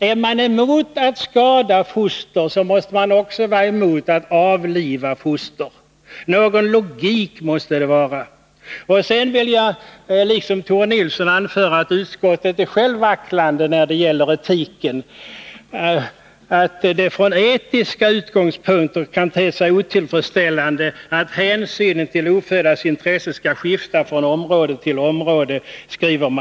Är man emot att skada foster, så måste man också vara emot att avliva foster. Någon logik måste det vara. Liksom Tore Nilsson vill jag anföra att utskottet är vacklande när det gäller etiken. Utskottet skriver att det ”från etiska utgångspunkter kan te sig otillfredsställande att hänsynen till oföddas intressen skall skifta från område till område”.